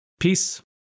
Peace